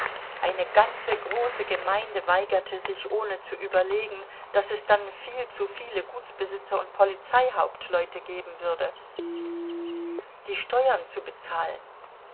eine ganze große gemeinde weigerte sich ohne zu überlegen daß es dann viel zu viele gutsbesitzer und polizeihauptleute geben würde die steuern zu bezahlen